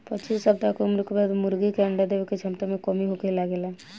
पच्चीस सप्ताह के उम्र के बाद मुर्गी के अंडा देवे के क्षमता में कमी होखे लागेला